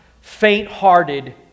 faint-hearted